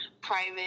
private